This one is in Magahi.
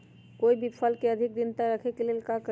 कोई भी फल के अधिक दिन तक रखे के लेल का करी?